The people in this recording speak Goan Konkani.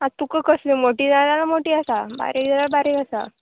आं तुका कसली मोटीं जाय जाल्या मोटीं आसा बारीक जाल्या बारीक आसा